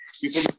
people